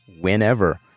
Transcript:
whenever